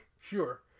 Sure